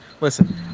Listen